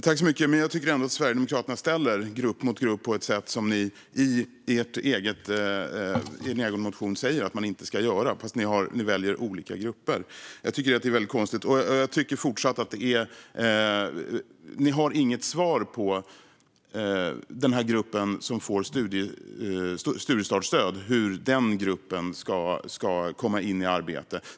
Fru talman! Jag tycker ändå att ni sverigedemokrater ställer grupp mot grupp på ett sätt som ni i er egen motion säger att man inte ska göra, men ni väljer olika grupper. Jag tycker fortfarande inte att ni har något svar på hur gruppen som får studiestartsstöd ska komma in i arbete.